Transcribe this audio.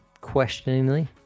questioningly